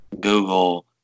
Google